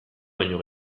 baino